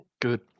Good